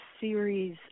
series